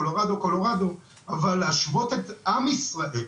אבל להשוות את עם ישראל,